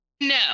No